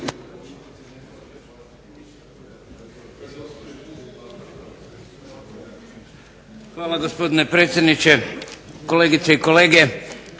gospodine predsjedniče. Kolegice i kolege